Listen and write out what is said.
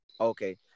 Okay